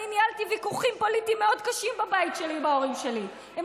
אני ניהלתי ויכוחים פוליטיים מאוד קשים בבית שלי עם ההורים שלי בגיל 16,